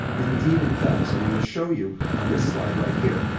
indeed, it does. and i'm gonna show you on this slide right here.